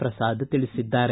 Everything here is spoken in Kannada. ಪ್ರಸಾದ್ ತಿಳಿಸಿದ್ದಾರೆ